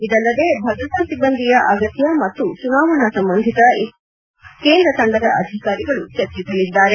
ಇದಲ್ಲದೆ ಭದ್ರತಾ ಸಿಬ್ಬಂದಿಯ ಅಗತ್ಯ ಮತ್ತು ಚುನಾವಣಾ ಸಂಬಂಧಿತ ಇತರೆ ವಿಷಯಗಳ ಬಗ್ಗೆಯೂ ಕೇಂದ್ರ ತಂಡದ ಅಧಿಕಾರಿಗಳು ಚರ್ಚಿಸಲಿದ್ದಾರೆ